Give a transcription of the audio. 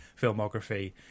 filmography